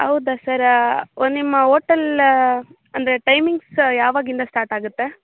ಹೌದ sir one ನಿಮ್ಮ hotel ಅಂದರೆ ಟೈಮಿಂಗ್ಸ್ ಯಾವಾಗಿಂದ ಸ್ಟಾರ್ಟ್ ಆಗತ್ತೆ